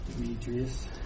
Demetrius